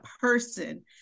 person